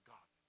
God